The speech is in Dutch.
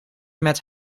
met